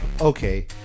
okay